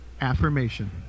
Affirmation